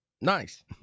Nice